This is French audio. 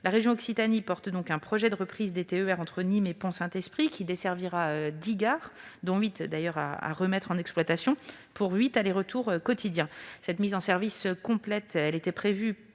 La région Occitanie porte un projet de reprise des TER entre Nîmes et Pont-Saint-Esprit ; on desservirait ainsi dix gares, dont huit doivent être remises en exploitation, pour huit allers-retours quotidiens. La mise en service complète de cette